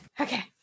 Okay